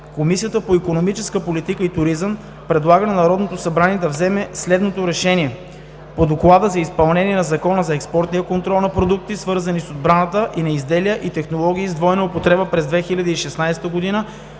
Комисията по икономическа политика и туризъм предлага на Народното събрание да вземе следното „РЕШЕНИЕ по Доклада за изпълнението на Закона за експортния контрол на продукти, свързани с отбраната, и на изделия и технологии с двойна употреба през 2016 г.